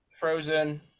Frozen